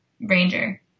ranger